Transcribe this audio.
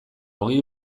hogei